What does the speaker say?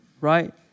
right